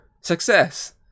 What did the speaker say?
success